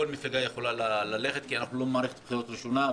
אנחנו לא במערכת בחירות ראשונה,